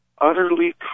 utterly